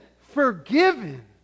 forgiven